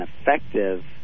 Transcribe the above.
effective